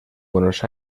buenos